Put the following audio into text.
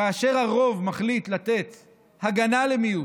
כאשר הרוב מחליט לתת הגנה למיעוט,